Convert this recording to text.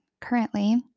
currently